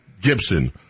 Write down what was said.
Gibson